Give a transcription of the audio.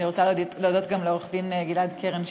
אני גם רוצה להודות לעורך-דין גלעד קרן,